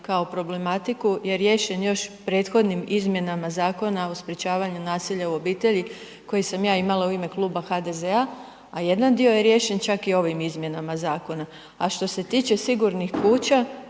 kao problematiku je riješen još prethodnim izmjenama Zakona o sprječavanju nasilja u obitelji koji sam ja imala u ime Kluba HDZ-a, a jedan dio je riješen čak i ovim izmjenama zakona. A što se tiče sigurnih kuća,